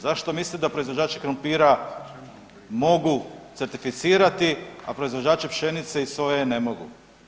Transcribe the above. Zašto mislite da proizvođači krumpira mogu certificirati, a proizvođači pšenice i soje ne mogu?